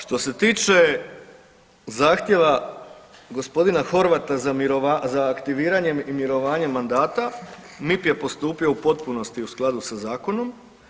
Što se tiče zahtjeva gospodina Horvata za aktiviranjem i mirovanjem mandata MIP je postupio u potpunosti u skladu sa zakonom.